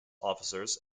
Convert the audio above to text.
officers